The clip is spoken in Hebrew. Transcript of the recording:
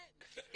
כן.